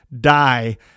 die